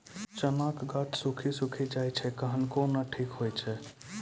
चना के गाछ सुखी सुखी जाए छै कहना को ना ठीक हो छै?